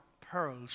pearls